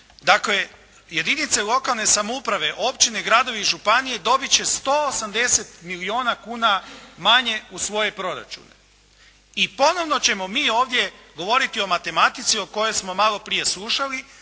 Dakle, jedinice lokalne samouprave, općine, gradovi i županije dobiti će 180 milijuna kuna manje u svoje proračune i ponovno ćemo mi ovdje govoriti o matematici o kojoj smo malo prije slušali